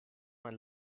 man